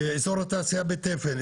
אזור התעשייה בתפן,